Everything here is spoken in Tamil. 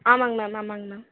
ஆமாம்ங்க மேம் ஆமாம்ங்க மேம்